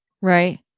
Right